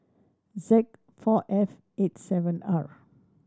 Z four F eight seven R